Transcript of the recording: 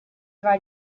war